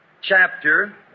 chapter